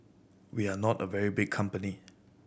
we are not a very big company